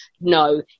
No